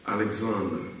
Alexander